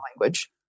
language